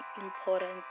important